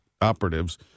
operatives